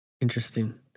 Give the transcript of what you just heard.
Interesting